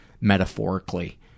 metaphorically